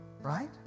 Right